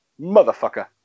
Motherfucker